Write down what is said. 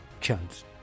chance